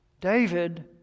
David